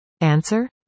Answer